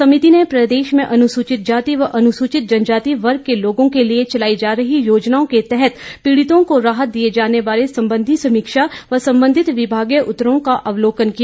समिति ने प्रदेश में अनुसूचित जाति व अनुसूचित जनजाति वर्ग के लोगों के लिए चलाई जा रही योजनाओं के तहत पीड़ितों को राहत दिए जाने बारे संवीक्षा से संबंधित विभागीय उत्तरों का अवलोकन किया